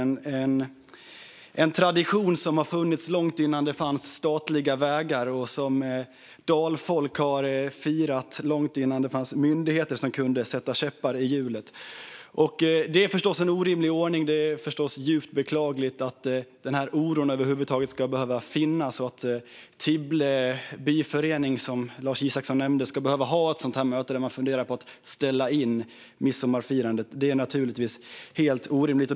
Det är ju en tradition som fanns långt innan det fanns statliga vägar och som dalfolk har firat långt innan det fanns myndigheter som kunde sätta käppar i hjulet för dem. Det är förstås en orimlig ordning. Det är djupt beklagligt att denna oro över huvud taget ska behöva finnas och att Tibble byförening, som Lars Isacsson nämnde, ska behöva ha ett möte där man funderar på att ställa in midsommarfirandet. Det är naturligtvis helt orimligt.